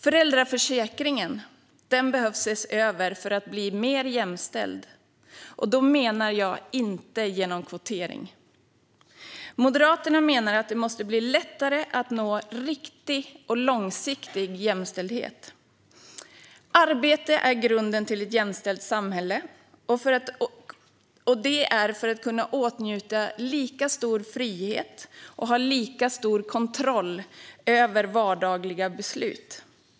Föräldraförsäkringen behöver ses över för att bli mer jämställd, och då menar jag inte genom kvotering. Moderaterna menar att det måste bli lättare att nå riktig och långsiktig jämställdhet. Arbete är grunden till ett jämställt samhälle. Det handlar om att kunna åtnjuta lika stor frihet och ha lika stor kontroll över vardagliga beslut.